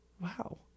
Wow